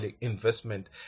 investment